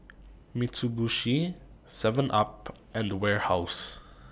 Mitsubishi Seven up and Warehouse